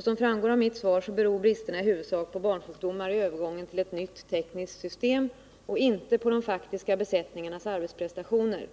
Som framgår av mitt svar beror bristerna i huvudsak på barnsjukdomar i övergången till ett nytt tekniskt system och inte på de faktiska besättningarnas arbetsprestationer.